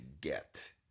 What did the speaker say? get